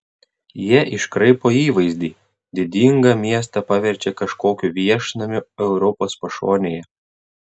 jie iškraipo įvaizdį didingą miestą paverčia kažkokiu viešnamiu europos pašonėje